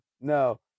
No